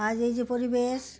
আজ এই যে পরিবেশ